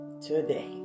today